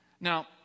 Now